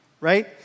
right